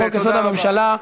תודה רבה.